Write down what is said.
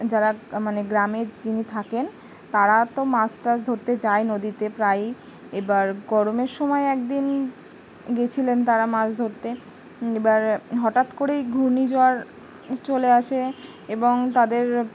যারা মানে গ্রামের যিনি থাকেন তারা তো মাছটা ধরতে যায় নদীতে প্রায়ই এবার গরমের সময় একদিন গেছিলেন তারা মাছ ধরতে এবার হঠাৎ করেই ঘূর্ণিঝড় চলে আসে এবং তাদের